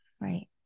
right